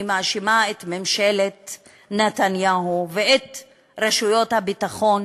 אני מאשימה את ממשלת נתניהו ואת רשויות הביטחון